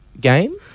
game